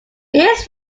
ears